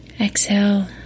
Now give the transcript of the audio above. Exhale